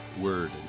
word